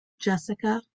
Jessica